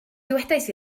dywedais